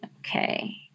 Okay